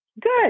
good